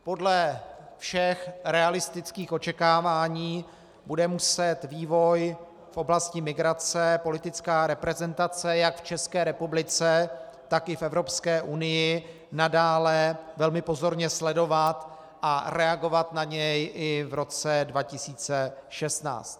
Podle všech realistických očekávání bude muset vývoj v oblasti migrace politická reprezentace jak v České republice, tak i v Evropské unii nadále velmi pozorně sledovat a reagovat na něj i v roce 2016.